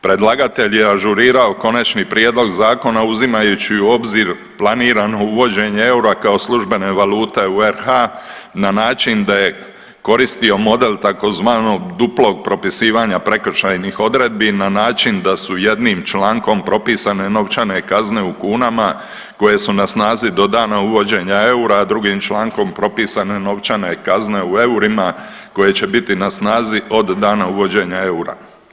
Predlagatelj je ažurirao Konačni prijedlog zakona uzimajući u obzir planirano uvođenje eura kao službene valute u RH na način da je koristio model tzv. duplog propisivanja prekršajnih odredbi na način da su jednim člankom propisane novčane kazne u kunama koje su na snazi do dana uvođenja eura, a drugim člankom propisane novčane kazne u eurima koje će biti na snazi od dana uvođenja eura.